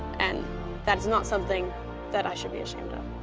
and that is not something that i should be ashamed of,